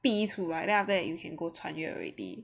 逼出来 then after that you can go 穿越 already